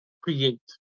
create